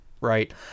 right